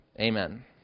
Amen